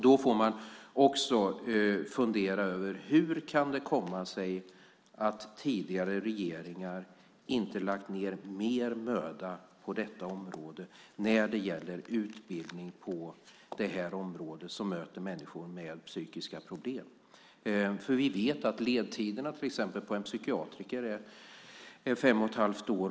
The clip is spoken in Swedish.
Då får man också fundera över hur det kan komma sig att tidigare regeringar inte har lagt ned mer möda på utbildning på det här området där personalen möter människor med psykiska problem. Vi vet att ledtiderna till exempel för en psykiatriker är fem och ett halvt år.